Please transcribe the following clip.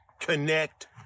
connect